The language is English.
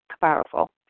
powerful